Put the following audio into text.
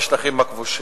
בשטחים הכבושים.